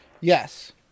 Yes